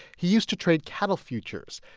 he used to trade cattle futures,